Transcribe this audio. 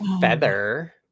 feather